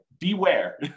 beware